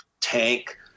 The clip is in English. tank